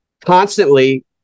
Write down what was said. constantly